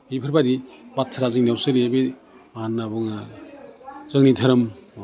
बिफोरबायदि बाथ्रा जोंनियाव सोलियो बे मा होन्ना बुङो जोंनि दोहोरोमाव